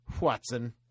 Watson